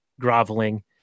groveling